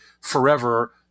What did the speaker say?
forever